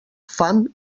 fam